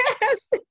Yes